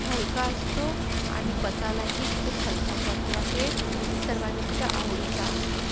हलका असतो आणि पचायलाही खूप हलका जातो आहे सर्वांच्या आवडीचा असतो